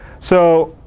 so,